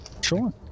Sure